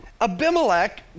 Abimelech